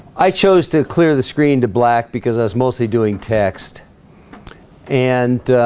i chose to clear the screen to black because i was mostly doing text and